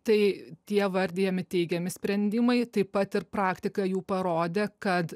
tai tie vardijami teigiami sprendimai taip pat ir praktika jų parodė kad